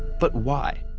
but why?